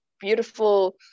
beautiful